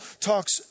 talks